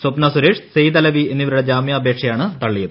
സ്വപ്ന സുരേഷ് സെയ്ത് അലവി എന്നിവരുടെ ജാമ്യാപേക്ഷയാണ് തള്ളിയത്